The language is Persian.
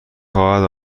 خواهد